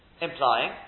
Implying